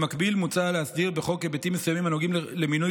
במקביל מוצע להסדיר בחוק היבטים מסוימים הנוגעים למינוי